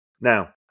Now